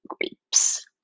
grapes